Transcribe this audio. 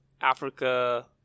Africa